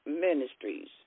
Ministries